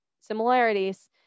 similarities